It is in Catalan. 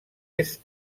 est